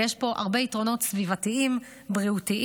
ויש פה הרבה יתרונות סביבתיים ובריאותיים.